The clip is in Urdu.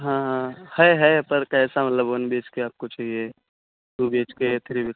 ہاں ہاں ہے ہے پر کیسا مطلب ون بی ایچ کے آپ کو چاہیے ٹو بی ایچ کے ہے تھری